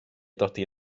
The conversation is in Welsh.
dodi